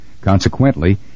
Consequently